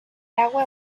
agua